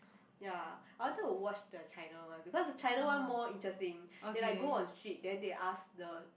ya I wanted to watch the China one because China one more interesting they like go on street then they ask the